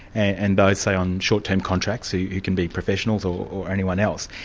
and those, say, on short-term contracts who can be professionals or or anyone else.